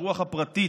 הרוח הפרטית,